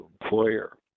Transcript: employer